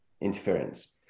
interference